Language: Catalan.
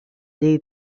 llei